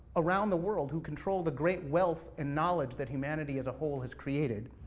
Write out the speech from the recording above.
around the world who control the great wealth and knowledge that humanity, as a whole, has created.